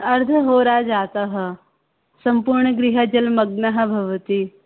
अर्धहोरा जातः सम्पूर्णगृहं जलमग्नं भवति